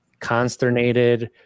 consternated